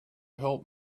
help